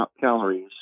calories